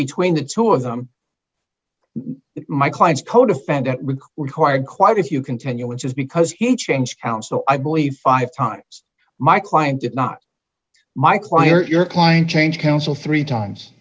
between the two of them my client's codefendant rick required quite a few continuances because he changed counsel i believe five times my client did not my client your client change counsel three times